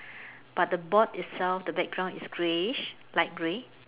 but the board itself the background is greyish light grey